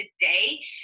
today